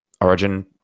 origin